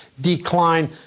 decline